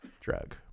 drug